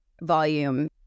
volume